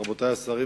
רבותי השרים,